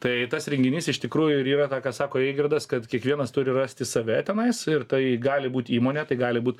tai tas renginys iš tikrųjų ir yra tą ką sako eigirdas kad kiekvienas turi rasti save tenais ir tai gali būt įmonė tai gali būt